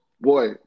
boy